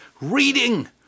Reading